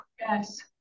Yes